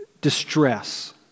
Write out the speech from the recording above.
distress